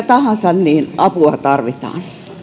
tahansa apua tarvitaan